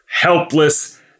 helpless